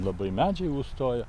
labai medžiai užstoja